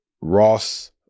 Ross